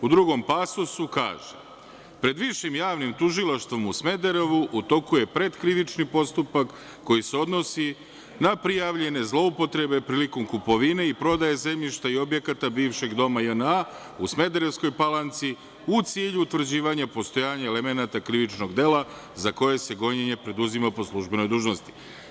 U drugom pasusu kaže: „Pred Višim javnim tužilaštvom u Smederevu u toku je pretkrivični postupak koji se odnosi na prijavljene zloupotrebe prilikom kupovine i prodaje zemljišta i objekata bivšeg Doma JNA u Smederevskoj Palanci, u cilju utvrđivanja postojanja elemenata krivičnog dela za koje se gonjenje preduzima po službenoj dužnosti“